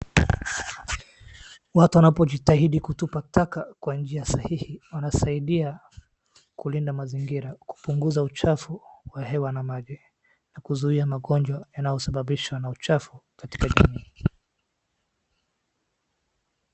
Watu wanapojitahidi kutupa taka kwa njia sahihi wanasaidia kulinda mazingira, kupunguza uchafu wa hewa na maji na kuzuia magonjwa yanayosababishwa na uchafu katika jamii.